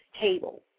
table